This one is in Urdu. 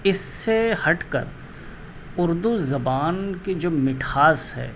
اس سے ہٹ کر اردو زبان کی جو مٹھاس ہے